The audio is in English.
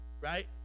right